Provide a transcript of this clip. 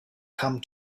come